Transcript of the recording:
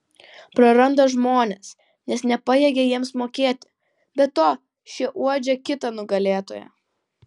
praranda žmones nes nepajėgia jiems mokėti be to šie uodžia kitą nugalėtoją